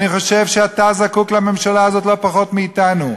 אני חושב שאתה זקוק לממשלה הזאת לא פחות מאתנו.